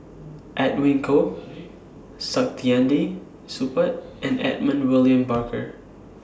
Edwin Koo Saktiandi Supaat and Edmund William Barker